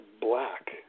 black